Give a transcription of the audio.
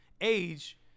age